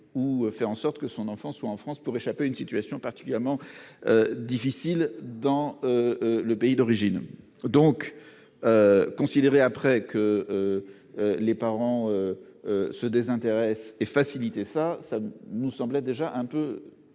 ou faire en sorte que son enfant soit en France pour échapper à une situation particulièrement difficile dans le pays d'origine, donc considérer après que les parents se désintéresse et faciliter ça, ça nous semblait déjà un peu